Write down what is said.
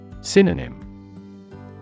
Synonym